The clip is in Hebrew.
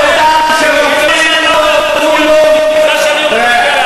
בן-אדם שרופאים לא אמרו לו, לא.